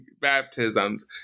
baptisms